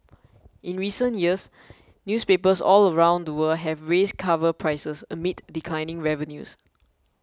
in recent years newspapers all around the world have raised cover prices amid declining revenues